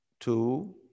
Two